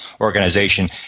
organization